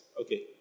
Okay